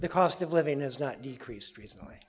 the cost of living has not decreased recently